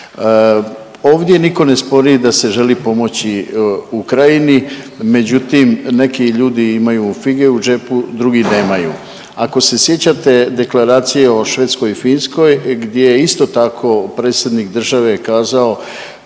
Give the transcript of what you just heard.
Ovdje nitko ne spori da se želi pomoći Ukrajini, međutim, neki ljudi imaju fige u džepu, drugi nemaju. Ako se sjećate deklaracije o Švedskoj i Finskoj gdje isto tako, predsjednik države je kazao,